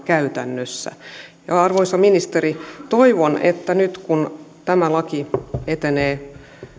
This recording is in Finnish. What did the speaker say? käytännössä ja arvoisa ministeri toivon että nyt kun tämä laki etenee